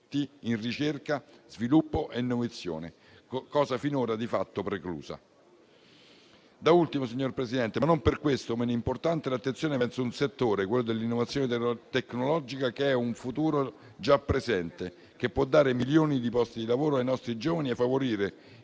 in ricerca, sviluppo e innovazione, cosa finora di fatto preclusa. Da ultimo, signor Presidente, ma non per questo meno importante, vi è l'attenzione verso un settore, quello dell'innovazione tecnologica, che è un futuro già presente, che può dare milioni di posti di lavoro ai nostri giovani e favorire